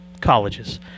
colleges